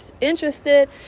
interested